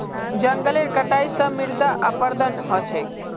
जंगलेर कटाई स मृदा अपरदन ह छेक